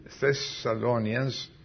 Thessalonians